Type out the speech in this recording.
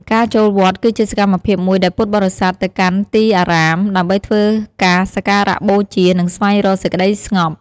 ការចូលវត្ត គឺជាសកម្មភាពមួយដែលពុទ្ធបរិស័ទទៅកាន់ទីអារាម ដើម្បីធ្វើការសក្ការបូជា និងស្វែងរកសេចក្ដីស្ងប់។